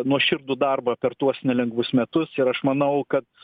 nuoširdų darbą per tuos nelengvus metus ir aš manau kad